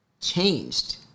changed